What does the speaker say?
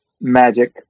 magic